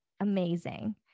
amazing